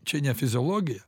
čia ne fiziologija